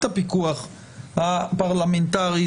ואני לא רואה איך זה מפריע לתפקוד אל מול נגיף הקורונה.